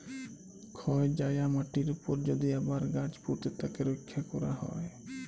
ক্ষয় যায়া মাটির উপরে যদি আবার গাছ পুঁতে তাকে রক্ষা ক্যরা হ্যয়